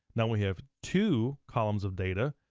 now we have two columns of data,